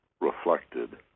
reflected